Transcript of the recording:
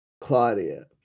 Claudia